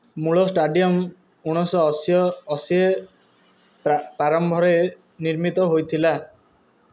ମୂଳ ଷ୍ଟାଡ଼ିୟମ ଉଣେଇଶହ ଅଶୀ ପ୍ରାରମ୍ଭରେ ନିର୍ମିତ ହୋଇଥିଲା